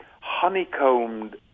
honeycombed